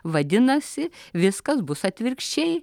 vadinasi viskas bus atvirkščiai